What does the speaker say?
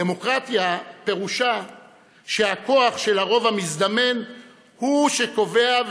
דמוקרטיה פירושה שהכוח של הרוב המזדמן הוא שקובע,